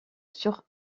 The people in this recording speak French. sur